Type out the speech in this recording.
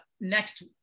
next